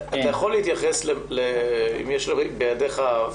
אתה יכול להתייחס אם יש בידך,